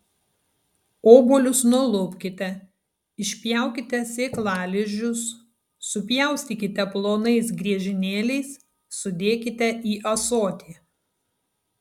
obuolius nulupkite išpjaukite sėklalizdžius supjaustykite plonais griežinėliais sudėkite į ąsotį